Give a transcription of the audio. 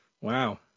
wow